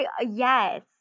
Yes